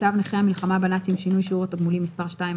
צו נכי המלחמה בנאצים (שינוי שיעור התגמולים) (מס' 2),